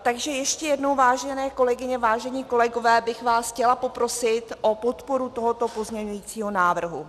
Takže ještě jednou, vážené kolegyně, vážení kolegové, bych vás chtěla poprosit o podporu tohoto pozměňujícího návrhu.